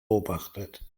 beobachtet